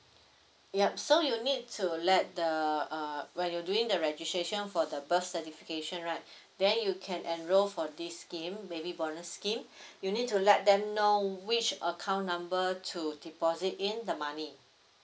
yup so you need to let the uh when you doing the registration for the birth certification right then you can enroll for this scheme baby bonus scheme you need to let them know which account number to deposit in the money